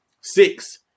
six